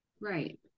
Right